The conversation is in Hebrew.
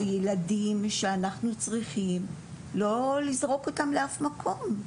זה ילדים שאנחנו צריכים לא לזרוק אותם לאף מקום.